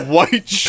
White